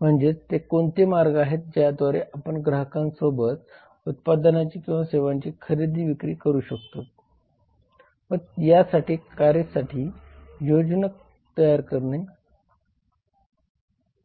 म्हणजेच ते कोणते मार्ग आहेत ज्याद्वारे आपण ग्राहकांसोबत उत्पादनांची किंवा सेवांची खरेदी विक्री करू शकतोत व या कार्यांसाठी योजना तयार करू शकतोत